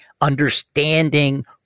understanding